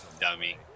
dummy